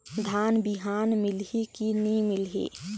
धान बिहान मिलही की नी मिलही?